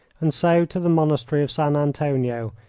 and so to the monastery of san antonio,